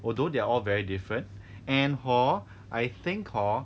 although they are all very different and hor I think hor